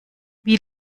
wie